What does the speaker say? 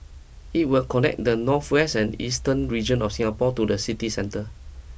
it will connect the northwest and eastern regions of Singapore to the city centre